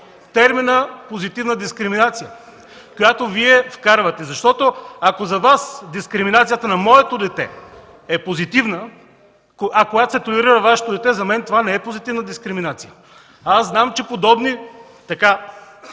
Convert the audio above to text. термина „позитивна дискриминация”, който Вие вкарвате. Ако за Вас дискриминацията на моето дете е позитивна, когато се толерира Вашето дете, за мен това не е позитивна дискриминация! Знам, че подобни